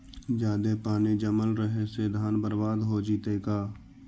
जादे पानी जमल रहे से धान बर्बाद हो जितै का?